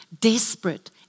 desperate